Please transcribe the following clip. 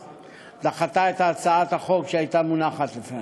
דחתה את הצעת החוק שהייתה מונחת לפניה.